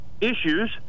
issues